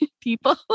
people